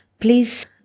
please